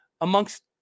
amongst